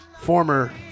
former